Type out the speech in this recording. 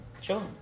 Sure